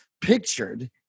pictured